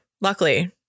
luckily